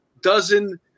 dozen